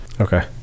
Okay